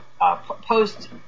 post